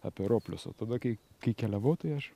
apie roplius o tada kai kai keliavau tai aš